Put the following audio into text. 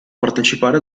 partecipare